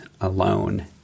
alone